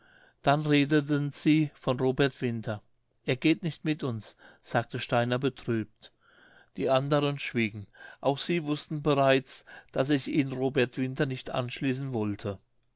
dann redeten sie von robert winter er geht nicht mit uns sagte steiner betrübt die anderen schwiegen auch sie wußten bereits daß sich ihnen robert winter nicht anschließen wollte